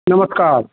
नमस्कार